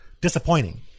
disappointing